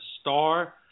star